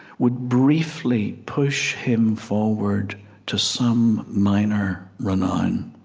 would briefly push him forward to some minor renown